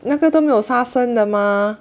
那个都没有杀生的吗